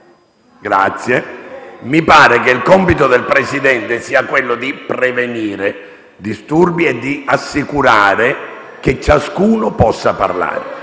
io? Mi sembra che il compito della Presidenza sia quello di prevenire disturbi e assicurare che ciascuno possa parlare.